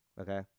okay